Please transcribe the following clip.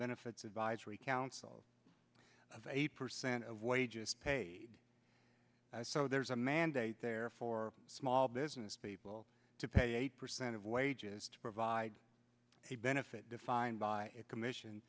benefits advisory council of eight percent of wages paid so there's a mandate there for small business people to pay eight percent of wages to provide a benefit defined by a commission